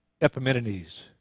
Epimenides